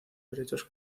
derechos